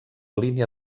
línia